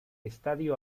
estadio